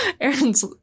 Aaron's